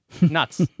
nuts